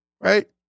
Right